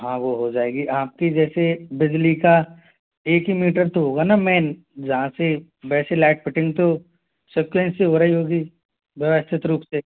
हाँ वो हो जाएगी आपकी जैसे बिजली का एक ही मीटर तो होगा ना मैन जहाँ से वैसे लाइट फिटिंग तो सीक्वेंस से हो रही होगी व्यवस्थित रूप से